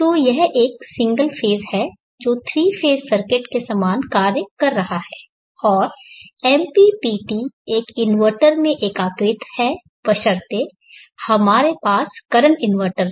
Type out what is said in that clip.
तो यह एक सिंगल फेज़ है जो 3 फेज़ सर्किट के समान कार्य कर रहा है और MPPT एक इनवर्टर में एकीकृत है बशर्ते हमारे पास करंट इनवर्टर हो